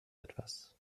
etwas